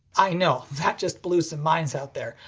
i know, that just blew some minds out there.